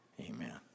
Amen